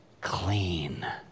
clean